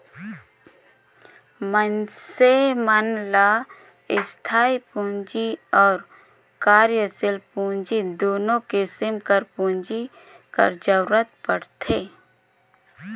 मइनसे मन ल इस्थाई पूंजी अउ कारयसील पूंजी दुनो किसिम कर पूंजी कर जरूरत परथे